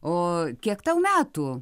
o kiek tau metų